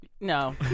No